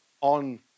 on